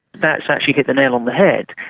that's actually hit the nail on the head,